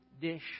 dish